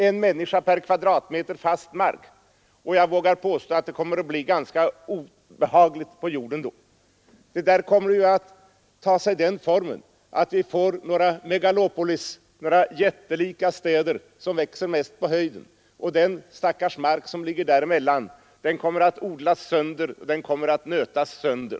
En människa per m? fast mark, och jag vågar påstå att det kommer att bli ganska obehagligt på jorden då. Det där kommer att ta sig den formen att vi får några jättelika städer som växer mest på höjden. Den stackars mark som ligger däremellan kommer att odlas sönder, den kommer att nötas sönder.